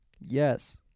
Yes